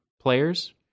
players